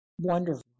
wonderful